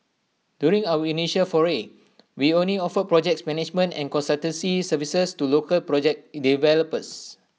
during our initial foray we only offered projects management and consultancy services to local project developers